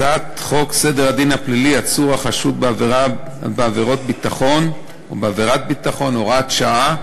הצעת חוק סדר הדין הפלילי (עצור החשוד בעבירת ביטחון) (הוראת שעה)